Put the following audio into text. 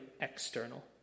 external